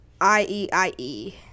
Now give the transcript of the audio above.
I-E-I-E